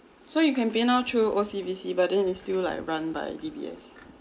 so you can paynow through O_C_B_C but then it's still like run by D_B_S